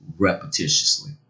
repetitiously